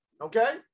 Okay